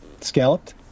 Scalloped